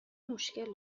مشکل